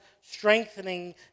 strengthening